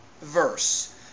verse